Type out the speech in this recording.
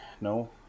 no